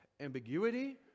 ambiguity